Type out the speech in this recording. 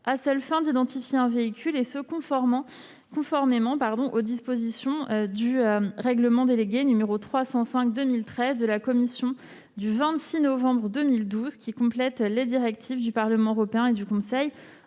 à seule fin d'identifier un véhicule, et ce conformément aux dispositions du Règlement délégué n° 305/2013 de la Commission du 26 novembre 2012, qui complète les directives du Parlement européen et du Conseil